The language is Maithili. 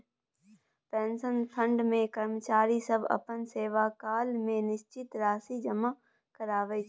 पेंशन फंड मे कर्मचारी सब अपना सेवाकाल मे निश्चित राशि जमा कराबै छै